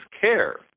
care